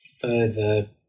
further